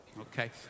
okay